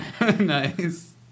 Nice